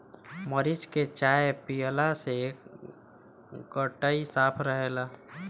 मरीच के चाय पियला से गटई साफ़ रहेला